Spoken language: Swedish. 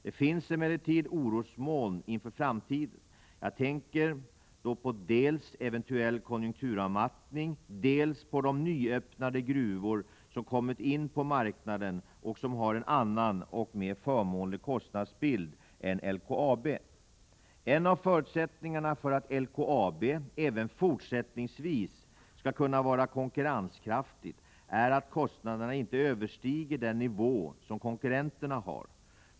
Det finns emellertid orosmoln inför framtiden. Jag tänker då dels på eventuell konjunkturavmattning, dels på de nyöppnade gruvor som kommit in på marknaden och som har en annan och mer förmånlig kostnadsbild än LKAB. En av förutsättningarna för att LKAB även fortsättningsvis skall kunna vara konkurrenskraftigt är att kostnaderna inte överstiger den nivå som konkurrenterna har.